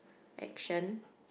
action